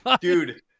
Dude